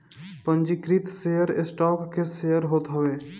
पंजीकृत share stock के share होत हवे